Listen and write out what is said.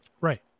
Right